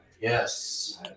Yes